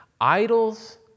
Idols